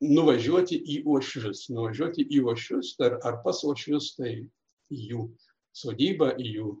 nuvažiuoti į uošvius nuvažiuoti į uošvius ar pas uošvius tai į jų sodybą į jų